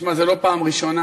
תשמע, זה לא פעם ראשונה.